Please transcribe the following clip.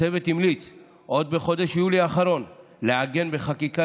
הצוות המליץ עוד בחודש יולי האחרון לעגן בחקיקה